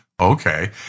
Okay